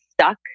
stuck